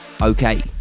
Okay